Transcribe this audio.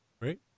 right